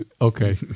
Okay